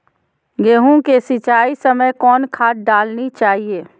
गेंहू के सिंचाई के समय कौन खाद डालनी चाइये?